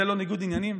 זה לא ניגוד עניינים?